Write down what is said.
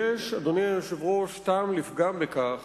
אדוני היושב-ראש, יש טעם לפגם בכך